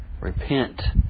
Repent